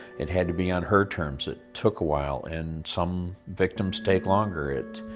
it had to be on her terms. it took a while. and some victims take longer. it,